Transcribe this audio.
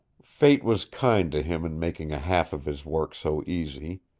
fate was kind to him in making a half of his work so easy.